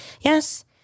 Yes